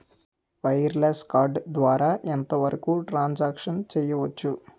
Wireless card ద్వారా ఎంత వరకు ట్రాన్ సాంక్షన్ చేయవచ్చు?